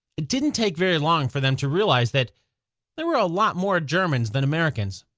it didn't take very long for them to realize that there were a lot more germans than americans.